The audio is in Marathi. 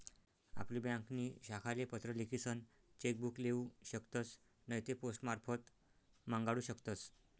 आपली ब्यांकनी शाखाले पत्र लिखीसन चेक बुक लेऊ शकतस नैते पोस्टमारफत मांगाडू शकतस